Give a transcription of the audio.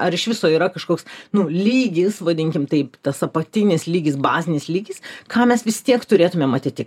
ar iš viso yra kažkoks nu lygis vadinkim taip tas apatinis lygis bazinis lygis ką mes vis tiek turėtume matyti